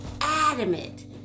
adamant